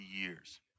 years